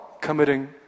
committing